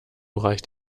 reicht